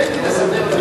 תן לי לסדר לך.